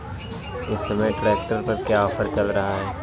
इस समय ट्रैक्टर पर क्या ऑफर चल रहा है?